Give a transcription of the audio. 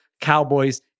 cowboys